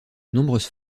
nombreuses